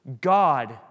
God